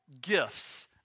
gifts